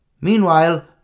Meanwhile